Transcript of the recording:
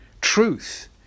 truth